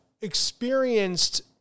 experienced